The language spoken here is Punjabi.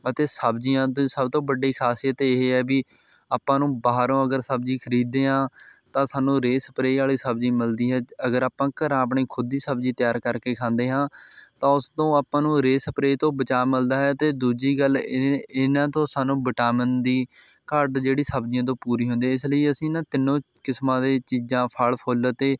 ਅਤੇ ਸਬਜ਼ੀਆਂ ਦੀ ਸਭ ਤੋਂ ਵੱਡੀ ਖਾਸੀਅਤ ਇਹ ਹੈ ਵੀ ਆਪਾਂ ਨੂੰ ਬਾਹਰੋਂ ਅਗਰ ਸਬਜ਼ੀ ਖਰੀਦਦੇ ਹਾਂ ਤਾਂ ਸਾਨੂੰ ਰੇਹ ਸਪਰੇਅ ਵਾਲ਼ੀ ਸਬਜ਼ੀ ਮਿਲਦੀ ਹੈ ਅਗਰ ਆਪਾਂ ਘਰਾਂ ਆਪਣੀ ਖੁਦ ਦੀ ਸਬਜ਼ੀ ਤਿਆਰ ਕਰਕੇ ਖਾਂਦੇ ਹਾਂ ਤਾਂ ਉਸ ਤੋਂ ਆਪਾਂ ਨੂੰ ਰੇਹ ਸਪਰੇਅ ਤੋਂ ਬਚਾ ਮਿਲਦਾ ਹੈ ਅਤੇ ਦੂਜੀ ਗੱਲ ਇਨ ਇਹਨਾਂ ਤੋਂ ਸਾਨੂੰ ਵਿਟਾਮਿਨ ਦੀ ਘਾਟ ਜਿਹੜੀ ਸਬਜ਼ੀਆਂ ਤੋਂ ਪੂਰੀ ਹੁੰਦੀ ਹੈ ਇਸ ਲਈ ਅਸੀਂ ਨਾ ਤਿੰਨੋਂ ਕਿਸਮਾਂ ਦੇ ਚੀਜ਼ਾਂ ਫਲ਼ ਫੁੱਲ ਅਤੇ